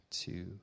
Two